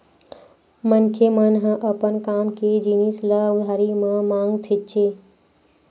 मनखे मन ह अपन काम के जिनिस ल उधारी म मांगथेच्चे